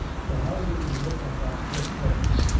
so how do we look at our first weapon?